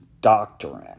doctrine